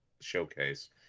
showcase